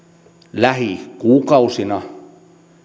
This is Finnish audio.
lähikuukausina